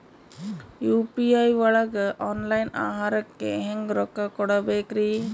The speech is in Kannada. ಯು.ಪಿ.ಐ ಒಳಗ ಆನ್ಲೈನ್ ಆಹಾರಕ್ಕೆ ಹೆಂಗ್ ರೊಕ್ಕ ಕೊಡಬೇಕ್ರಿ?